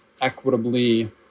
equitably